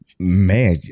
Man